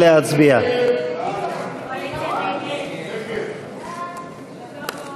הצעת סיעת הרשימה המשותפת להביע